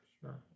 sure